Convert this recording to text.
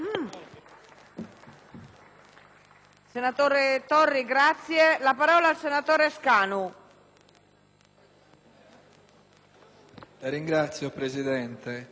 Grazie,